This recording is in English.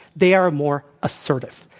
they are more assertive.